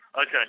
Okay